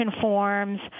forms